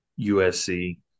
USC –